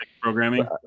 programming